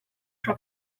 ciò